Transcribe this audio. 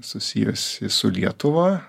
susijusi su lietuva